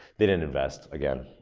they didn't invest again.